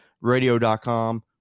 radio.com